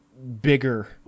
bigger